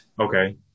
Okay